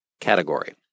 category